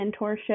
mentorship